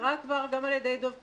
שהוזכרה כבר גם על ידי דב חנין,